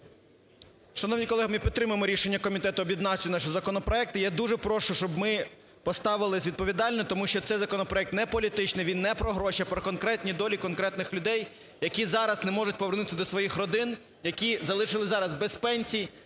Шановні колеги, ми підтримуємо рішення комітету об'єднати наші законопроекти. Я дуже прошу, щоб ми поставились відповідально, тому що цей законопроект не політичний, він не про гроші, а про конкретні долі конкретних людей, які зараз не можуть повернутися до своїх родин, які залишились зараз без пенсій,